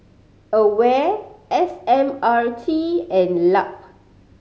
AWARE S M R T and LUP